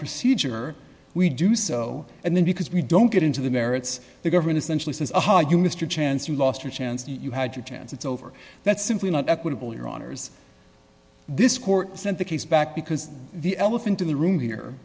procedure we do so and then because we don't get into the merits the government essentially says aha you mr chance you lost your chance you had your chance it's over that's simply not equitable your honour's this court sent the case back because the elephant in the room here